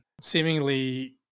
Seemingly